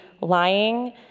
lying